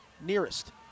nearest